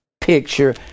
picture